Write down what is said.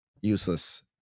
useless